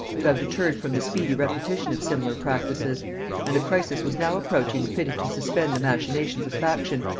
to have deterred from the speedy repetition of similar practices and a crisis was now approaching fitted to suspend the machinations of faction,